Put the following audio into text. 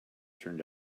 turned